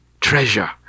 treasure